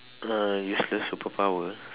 uh useless superpower